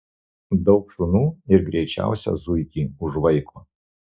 daug šunų ir greičiausią zuikį užvaiko